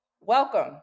welcome